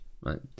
right